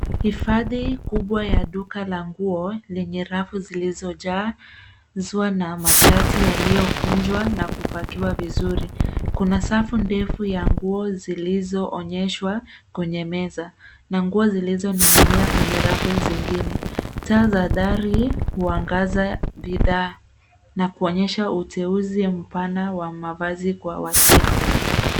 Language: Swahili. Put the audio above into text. Hifadhi kubwa ya duka la nguo lenye rafu zilizojazwa na mashati yaliyokunjwa na kupakiwa vizuri. Kuna safu ndefu ya nguo zilizoonyeshwa kwenye meza na nguo zilizoning'ia kwenye rafu zingine. Taa za dari huangaza bidhaa na kuonyesha uteuzi mpana wa mavazi kwa wateja.